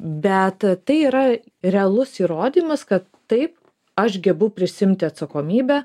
bet tai yra realus įrodymas kad taip aš gebu prisiimti atsakomybę